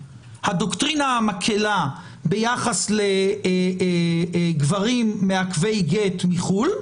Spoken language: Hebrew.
הדוקטרינה המקלה ביחס לגברים מעכבי גט מחו"ל,